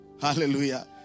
Hallelujah